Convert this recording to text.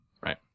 right